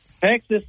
Texas